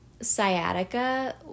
sciatica